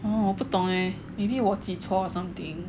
oh 我不懂 leh maybe 我记错 or something